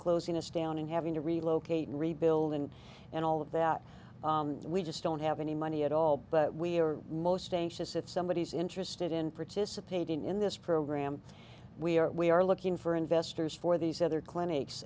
closing us down and having to relocate and rebuild and and all of that we just don't have any money at all but we are most anxious if somebody is interested in participating in this program we are we are looking for investors for these other clinics